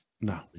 no